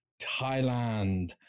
Thailand